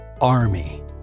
ARMY